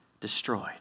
destroyed